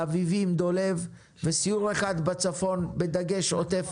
באביבים ובדוב"ב; וסיור אחד בדרום, בדגש על עוטף